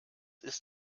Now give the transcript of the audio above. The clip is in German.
ist